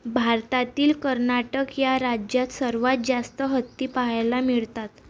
भारतातील कर्नाटक या राज्यात सर्वात जास्त हत्ती पहायला मिळतात